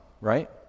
right